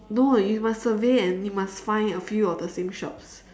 no you must survey and you must find a few of the same shops